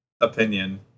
opinion